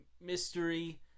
mystery